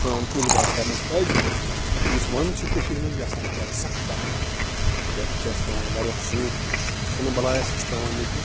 سَران کُس بۄہرِ کَرنس کیٛاز کہِ یُس وندٕ چھُ کٲشیٖر منٛز یہِ سا چھُ بڑٕ سخت آسان یَتھ چھِ اَسہِ پیٚوان وارِیاہ شنہٕ شِنہٕ بَلایہ چھِ اَسہِ پیٚوان ییٚتہِ